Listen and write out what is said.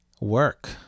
work